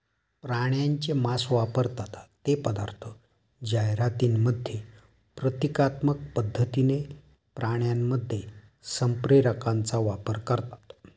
प्राण्यांचे मांस वापरतात ते पदार्थ जाहिरातींमध्ये प्रतिकात्मक पद्धतीने प्राण्यांमध्ये संप्रेरकांचा वापर करतात